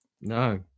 No